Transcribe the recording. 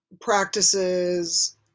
practices